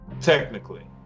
technically